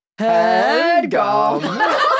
Headgum